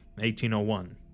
1801